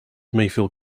mayfield